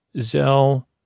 Zell